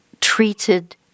treated